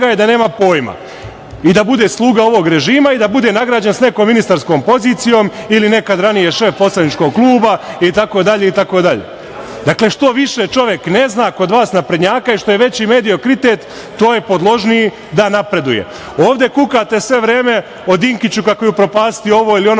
je da nema pojma i da bude sluga ovog režima i da bude nagrađen sa nekom ministarskom pozicijom ili nekada ranije šef poslaničkog kluba itd. Dakle, što više čovek ne zna kod vas naprednjaka i što je veći mediokritet, to je podložniji da napreduje. Ovde kukate sve vreme o Dinkiću kako je upropastio ovo ili ono